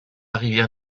rivière